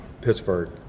Pittsburgh